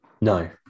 No